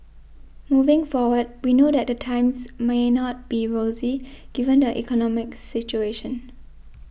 moving forward we know that the times may not be rosy given the economic situation